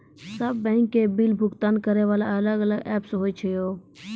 सब बैंक के बिल भुगतान करे वाला अलग अलग ऐप्स होय छै यो?